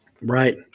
Right